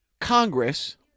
Congress